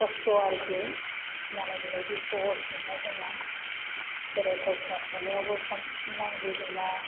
खस्थ' आरोखि मालायनि बादि सहस नङा जोंना खेराइ खावसिना खुंनायावबो खाम सिफुं नांगौ जोंना